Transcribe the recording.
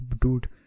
dude